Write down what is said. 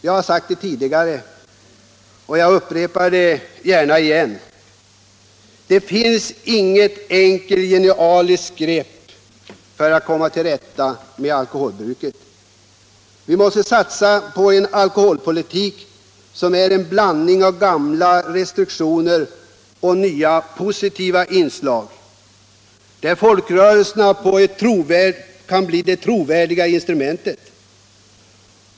Jag har sagt tidigare, och jag upprepar det gärna igen: Det finns inget enkelt genialiskt grepp för att komma till rätta med alkoholbruket. Vi måste satsa på en alkoholpolitik som är en blandning av gamla restriktioner och nya positiva inslag, där folkrörelserna kan bli det trovärdiga instrumentet.